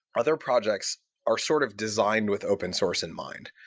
other projects are sort of designed with open-source in mind.